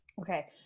Okay